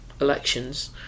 elections